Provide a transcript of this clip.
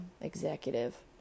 executive